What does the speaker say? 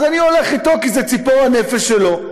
אז אני הולך אתו, כי זה ציפור הנפש שלו.